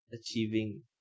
achieving